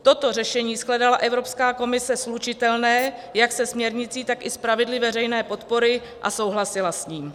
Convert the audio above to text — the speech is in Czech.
Toto řešení shledala Evropská komise slučitelné jak se směrnicí, tak i s pravidly veřejné podpory a souhlasila s ní.